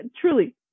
truly